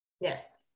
Yes